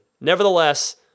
Nevertheless